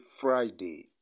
Friday